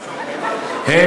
שזיהה, כמו שאומרים.